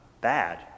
bad